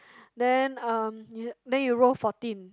then um you then you roll fourteen